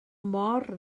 mor